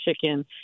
chicken